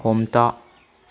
हमथा